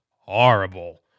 horrible